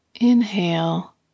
Inhale